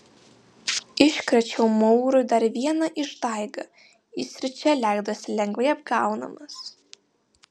iškrėčiau maurui dar vieną išdaigą jis ir čia leidosi lengvai apgaunamas